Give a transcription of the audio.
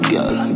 Girl